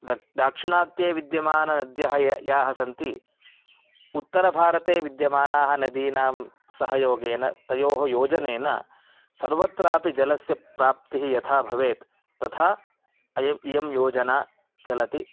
दक् दाक्षिणात्ये विद्यमानाः नद्यः ये याः सन्ति उत्तरभारते विद्यमानाः नदीनां सहयोगेन तयोः योजनेन सर्वत्रापि जलस्य प्राप्तिः यथा भवेत् तथा अयम् इयं योजना चलति